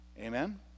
Amen